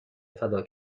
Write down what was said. فدا